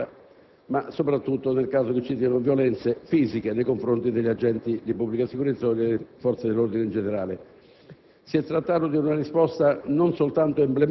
nell'arco di quarantotto ore dopo lo svolgimento della gara), ma soprattutto vi siano violenze fisiche nei confronti degli agenti di pubblica sicurezza e delle forze dell'ordine in generale.